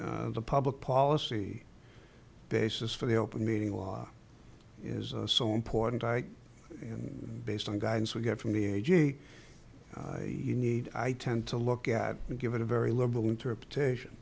the public policy basis for the open meeting law is so important i and based on guidance we get from the a j you need i tend to look at and give it a very liberal interpretation